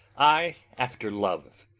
i after love